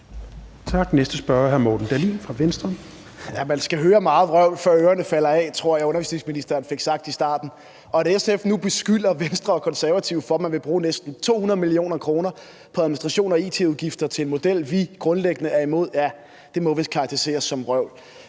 Venstre. Kl. 16:59 Morten Dahlin (V): Man skal høre meget vrøvl, før ørerne falder af, som jeg tror undervisningsministeren fik sagt i starten. At SF nu beskylder Venstre og Konservative for, at man vil bruge næsten 200 mio. kr. på administration og it-udgifter til en model, vi grundlæggende er imod, må vist karakteriseres som vrøvl.